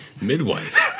midwife